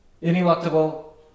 ineluctable